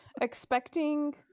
expecting